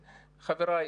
חבריי,